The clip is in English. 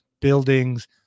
buildings